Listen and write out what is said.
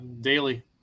Daily